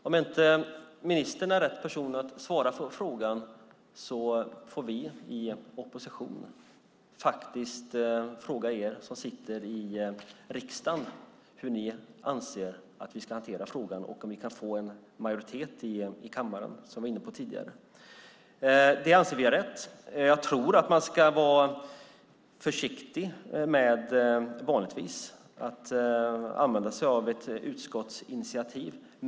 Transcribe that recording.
Om inte ministern är rätt person att svara på frågan får vi i oppositionen faktiskt fråga er som sitter i riksdagen hur ni anser att vi ska hantera frågan och om vi kan få en majoritet i kammaren som jag var inne på tidigare. Det anser vi är rätt. Jag tror att man vanligtvis ska vara försiktig med att använda sig av ett utskottsinitiativ.